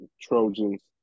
Trojans